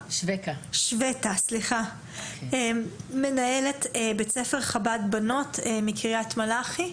שוויכה, מנהלת בית ספר חב"ד בנות, קריית מלאכי.